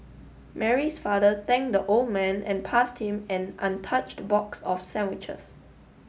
Mary's father thanked the old man and passed him an untouched box of sandwiches